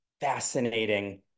fascinating